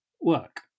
work